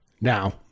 Now